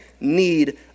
need